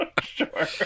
sure